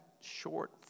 short